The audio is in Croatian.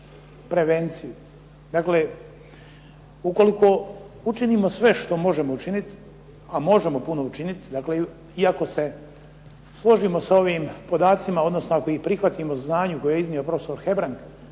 prevenciju. Dakle ukoliko učinimo sve što možemo učiniti, a možemo puno učiniti, dakle i ako se složimo sa ovim podacima, odnosno ako ih prihvatimo k znanju koje je iznio prof. Hebrang